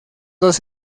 dos